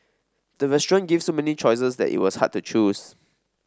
the restaurant gave so many choices that it was hard to choose